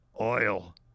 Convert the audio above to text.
oil